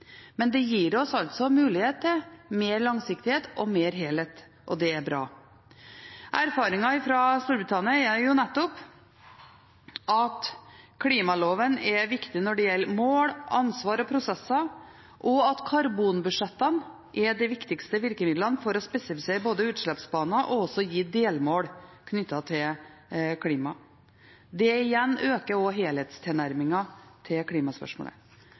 men det gir oss mulighet til mer langsiktighet og mer helhet, og det er bra. Erfaringene fra Storbritannia er jo nettopp at klimaloven er viktig når det gjelder mål, ansvar og prosesser, og at karbonbudsjettene er de viktigste virkemidlene for å spesifisere både utslippsbaner og også gi delmål knyttet til klima. Det igjen øker også helhetstilnærmingen til klimaspørsmålet.